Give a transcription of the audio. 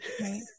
Right